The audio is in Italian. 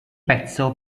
pezzo